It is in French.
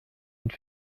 une